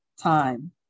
time